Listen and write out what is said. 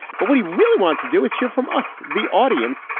but what he really wants to do is hear from us, the audience.